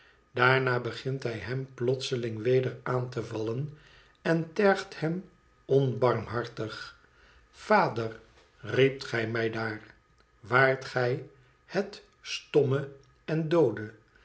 daarna begint hij hem plotseling weder aan te vallen en tergt hem onbarmhartig vader riept gij mij daar waart gij het stomme en doode